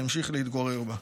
והמשיך להתגורר בה.